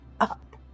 up